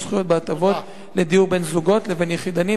זכויות בהטבות לדיור בין זוגות לבין יחידנים.